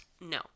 No